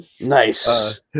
Nice